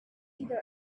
either